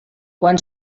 quan